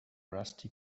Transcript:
rusty